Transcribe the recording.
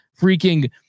freaking